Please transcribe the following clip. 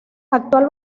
actual